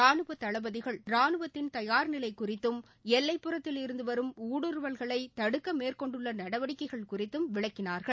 ரானுவ தளபதிகள் ரானுவத்தின் தயார்நிலை குறித்தும் எல்லைப்புறத்தில் இருந்து வரும் ஊடுருவல்களை தடுக்க மேற்கொண்டுள்ள நடவடிக்கைகள் குறித்தும் விளக்கினார்கள்